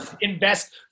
invest